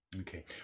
Okay